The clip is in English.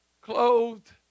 clothed